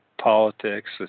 politics